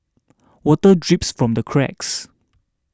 water drips from the cracks